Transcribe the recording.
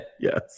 yes